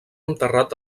enterrat